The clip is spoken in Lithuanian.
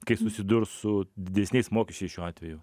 kai susidurs su didesniais mokesčiais šiuo atveju